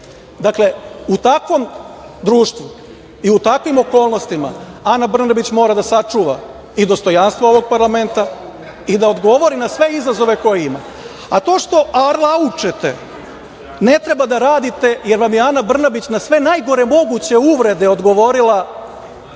itd. Dakle, u takvom društvu i u takvim okolnostima Ana Brnabić mora da sačuva i dostojanstvo ovog parlamenta i da odgovori na sve izazove koje ima. To što arlaučete, ne treba da radite jer vam je Ana Brnabić na sve najgore moguće uvrede odgovorila